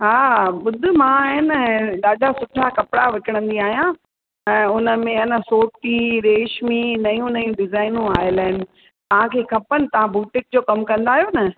हा ॿुध मां आहे न ॾाढा सुठा कपिड़ा विकिणंदी आहियां ऐं हुन में अन सोटी रेश्मी नयूं नयूं डिज़ाइनूं आयल आहिनि तव्हांखे खपनि तव्हां बूटीक जो कमु कंदा आयो न